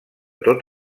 tot